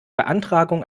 beantragung